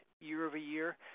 year-over-year